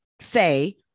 say